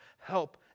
help